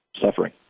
suffering